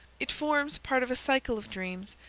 it forms part of a cycle of dreams,